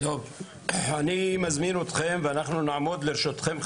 אני מזמין אתכם ואנחנו נעמוד לרשותכם,